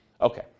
Okay